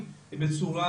יש קושי גם מבחינת האמצעים.